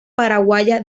paraguaya